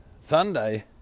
Sunday